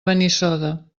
benissoda